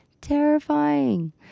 terrifying